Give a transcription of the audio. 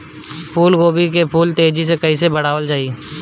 फूल गोभी के फूल तेजी से कइसे बढ़ावल जाई?